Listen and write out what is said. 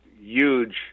huge